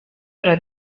era